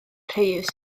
rhys